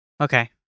okay